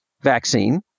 vaccine